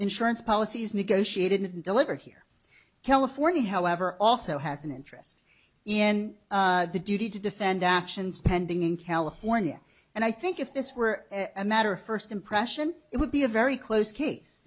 insurance policies negotiated and deliver here california however also has an interest in the duty to defend actions pending in california and i think if this were a matter of first impression it would be a very close case